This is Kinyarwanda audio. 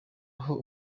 aho